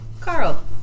Carl